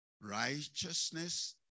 Righteousness